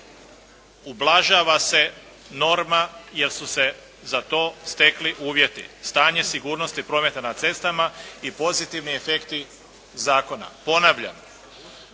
Ublažava se norma jer su se za to stekli uvjeti, stanje sigurnosti prometa na cestama i pozitivni efekti zakona. Ponavljam,